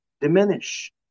Diminish